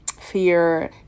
fear